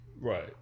Right